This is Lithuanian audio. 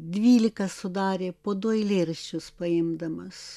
dvylika sudarė po du eilėraščius paimdamas